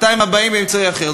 ה-200,000 הבאים, באמצעי אחר.